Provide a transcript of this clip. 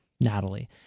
Natalie